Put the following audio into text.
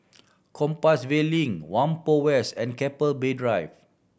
Compassvale Link Whampoa West and Keppel Bay Drive